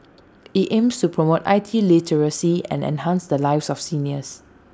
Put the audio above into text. IT aims to promote I T literacy and enhance the lives of seniors